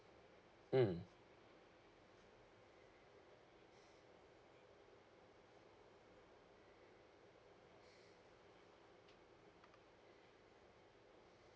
mm